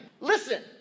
Listen